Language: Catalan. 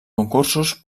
concursos